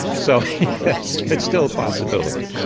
so it's still a possibility.